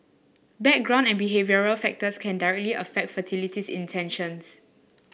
background and behavioural factors can directly affect fertility intentions